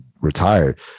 retired